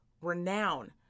Renown